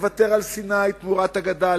לוותר על סיני תמורת הגדה,